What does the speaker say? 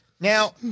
now